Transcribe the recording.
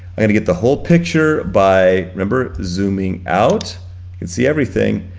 i got to get the whole picture by, remember, zooming out can see everything,